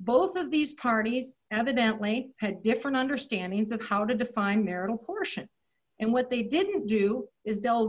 both of these parties evidently had different understanding of how to define marital portion and what they didn't do is delve